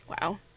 Wow